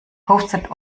hostet